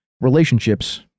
relationships